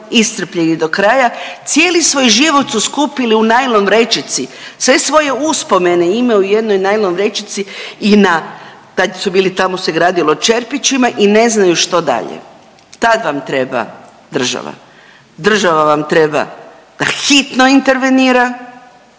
iscrpljeni dokraja, cijeli svoj život su skupili u najlon vrećici, sve svoje uspomene imaju u jednoj najlon vrećici i na, tad su bili tamo se gradilo u ćerpičima i ne znaju što dalje. Tad vam treba država. Država vam treba da hitno intervenira,